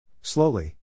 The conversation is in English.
Slowly